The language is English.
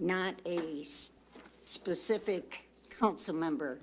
not a so specific counsel member